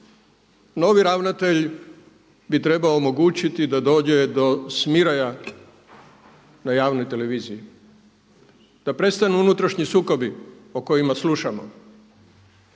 novi ravnatelj bi trebao omogućiti da dođe do smiraja na javnoj televiziji, da prestanu unutrašnji sukobi o kojima slušamo,